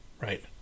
Right